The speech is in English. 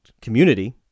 community